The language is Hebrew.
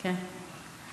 מה?